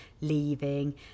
leaving